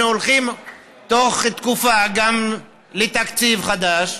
אנחנו הולכים בתוך תקופה גם לתקציב חדש,